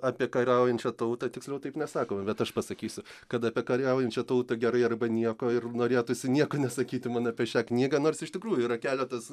apie kariaujančią tautą tiksliau taip nesakoma bet aš pasakysiu kad apie kariaujančią tautą gerai arba nieko ir norėtųsi nieko nesakyti man apie šią knygą nors iš tikrųjų yra keletas